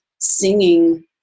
singing